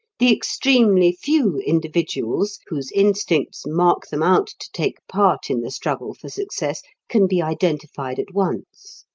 the extremely few individuals whose instincts mark them out to take part in the struggle for success can be identified at once.